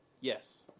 Yes